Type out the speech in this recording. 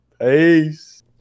Peace